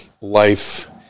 life